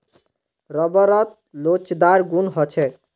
रबरत लोचदार गुण ह छेक